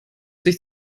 sich